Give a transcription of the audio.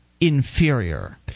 inferior